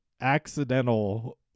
accidental